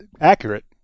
accurate